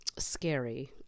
scary